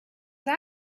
this